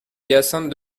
hyacinthe